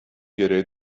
گـره